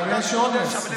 אבל יש עומס.